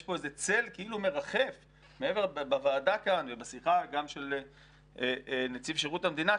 יש פה איזה צל כאילו מרחף בוועדה כאן ובשיחה גם של נציב שירות המדינה,